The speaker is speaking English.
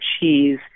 cheese